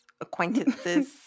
acquaintances